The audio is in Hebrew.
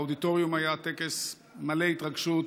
באודיטוריום היה טקס מלא התרגשות.